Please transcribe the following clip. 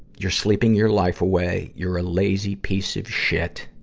your sleeping your life away. you're a lazy piece of shit.